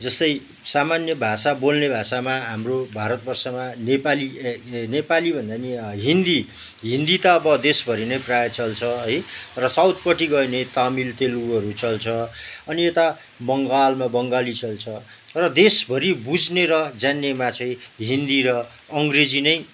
जस्तै सामान्य भाषा बोल्ने भाषामा हाम्रो भारतवर्षमा नेपाली ए ए नेपालीभन्दा पनि हिन्दी हिन्दी त अब देशभरि नै प्रायः चल्छ है र साउथपट्टि गयो भने तमिल तेलुगुहरू चल्छ अनि यता बङ्गालमा बङ्गाली चल्छ तर देशभरि बुझ्ने र जान्नेमा चाहिँ हिन्दी र अङ्ग्रेजी नै